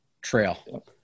Trail